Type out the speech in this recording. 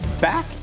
back